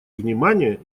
внимание